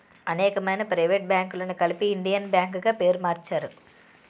అనేకమైన ప్రైవేట్ బ్యాంకులను కలిపి ఇండియన్ బ్యాంక్ గా పేరు మార్చారు